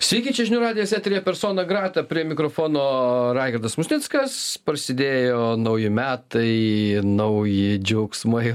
sveiki čia žinių radijas eteryje persona grata prie mikrofono raigirdas musnickas prasidėjo nauji metai nauji džiaugsmai